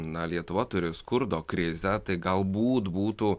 na lietuva turi skurdo krizę tai galbūt būtų